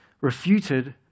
refuted